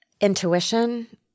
intuition